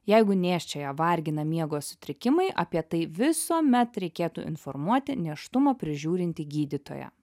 jeigu nėščiąją vargina miego sutrikimai apie tai visuomet reikėtų informuoti nėštumą prižiūrintį gydytoją